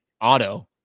auto